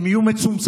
הם יהיו מצומצמים,